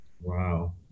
Wow